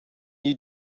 you